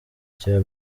cya